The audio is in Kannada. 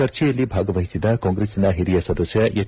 ಚರ್ಚೆಯಲ್ಲಿ ಭಾಗವಹಿಸಿದ ಕಾಂಗ್ರೆಸಿನ ಓರಿಯ ಸದಸ್ಯ ಎಚ್